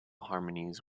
harmonies